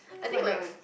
what do you want